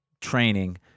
training